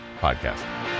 podcast